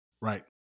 Right